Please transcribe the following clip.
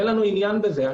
אין לנו עניין בזה.